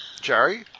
Jerry